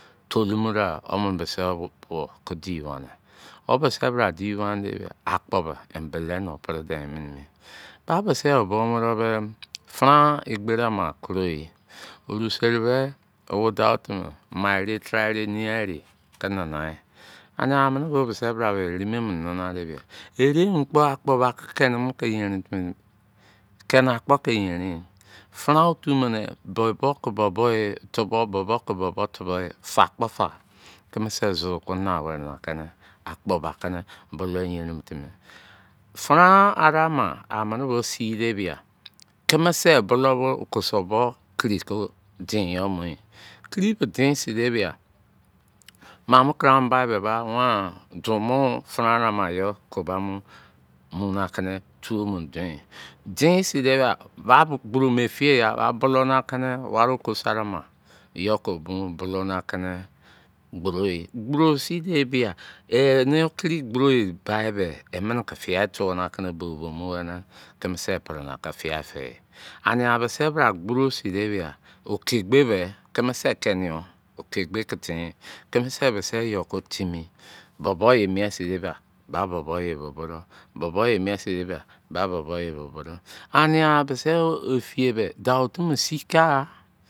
Tolumo da winwin bisi yo bo bo ki do weni o basa bra di weni de bia akpo be embele no pri dein mini mi ba bisi yo buo do be fran egberi ama koro yi orusi eri be wo dau otu miniaa ere taara dau otu mini maaere taara ere nein a ere ki nana yi, aria amini bo bisi bra be eremini nana de bia ere mo kpo bo aki keni ke yemi keni akpo ke yenrin yi fran otu mini be bo ke bo tuboue fa kpo fa fram arai ma amini bo side bia kimise bulou bo okosu o bo kirii kid diin yo muyi mi diin sin de bin mamo karamo bai be dumo fra arai ama yo ko ba bo oborom efiye ya ba bolu ni akini wari okosa arau ma yo ko mu bul ou ni aki ni gboro yi coboro sin de bia eni kiri gboro yi bai be emini ki fiya tio ni akini boi bo mu weri nia ki kimise pri naki fiyai fiyi ama bisi bra gboro sin de bia oke gbe be kimise keni yo okegbe ke tin yi kimise bisi yo ko timi bo bo ye mien sin de bia ba bo bo ye bo bodor amia bisi efiye be dua otu mo si kagha